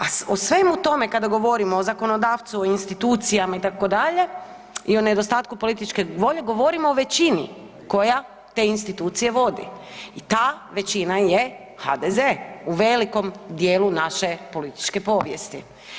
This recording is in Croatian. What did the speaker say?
A o svemu tome kada govorimo o zakonodavcu, o institucijama itd. i o nedostatku političke volje, govorimo o većini koja te institucije vodi i ta većina je HDZ-e u velikom dijelu naše političke povijesti.